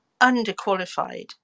underqualified